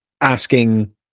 asking